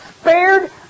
spared